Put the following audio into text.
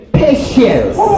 patience